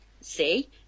see